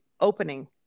opening